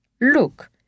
Look